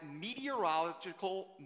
meteorological